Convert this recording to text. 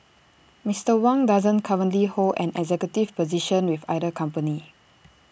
Mister Wang doesn't currently hold an executive position with either company